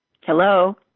Hello